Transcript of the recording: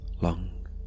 long